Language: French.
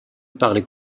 parlait